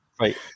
Right